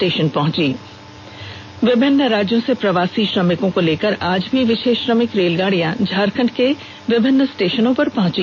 देष के विभिन्न राज्यों से प्रवासी श्रमिकों को लेकर आज भी विषेष श्रमिक रेलगाड़ियां झारखंड के विभिन्न स्टेषनों पर पहुंची